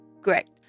Great